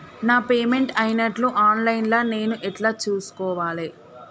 నా పేమెంట్ అయినట్టు online లా నేను ఎట్ల చూస్కోవాలే?